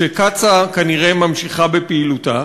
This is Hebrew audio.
היא שקצא"א כנראה ממשיכה בפעילותה,